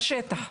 בשטח.